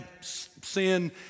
sin